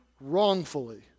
wrongfully